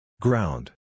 Ground